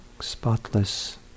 spotless